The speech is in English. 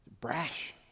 Brash